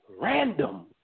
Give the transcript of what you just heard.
random